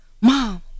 mom